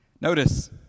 Notice